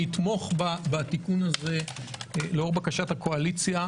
אתמוך בתיקון הזה לאור בקשת הקואליציה,